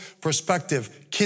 perspective